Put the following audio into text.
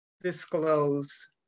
disclose